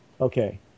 Okay